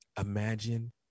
imagine